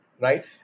Right